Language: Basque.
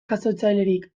jasotzailerik